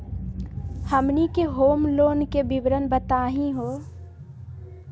हमनी के home loan के विवरण बताही हो?